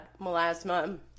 melasma